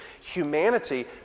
Humanity